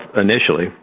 initially